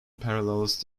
parallels